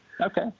Okay